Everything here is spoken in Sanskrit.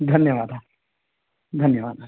धन्यवादः धन्यवादः